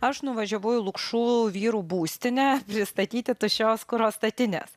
aš nuvažiavau į lukšų vyrų būstinę pristatyti tuščios kuro statinės